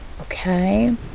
okay